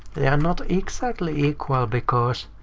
they are not exactly equal, because